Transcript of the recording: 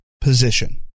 position